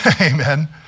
Amen